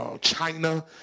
China